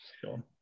Sure